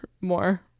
More